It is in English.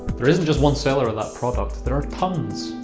there isn't just one seller of that product there are tonnes!